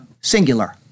singular